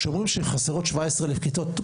כשאומרים שחסרות 17 אלף כיתות,